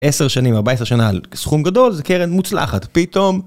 10 שנים, 14 שנה סכום גדול זה קרן מוצלחת פתאום